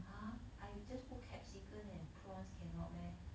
!huh! I just put capsicums and prawns cannot meh